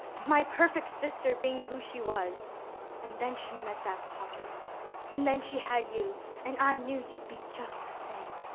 my perfect sister being who she was and she met that potter and then she had you and i knew you'd be just the same.